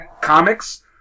comics